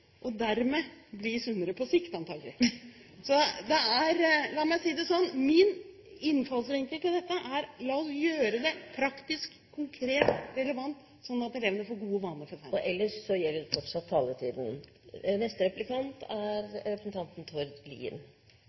og dermed bli sunnere på sikt, antakelig. La meg si det slik; min innfallsvinkel til dette er: La oss gjøre det praktisk, konkret og relevant, slik at elevene får gode vaner senere. Og ellers gjelder fortsatt taletiden … Man kunne spekulere i om det er